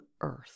earth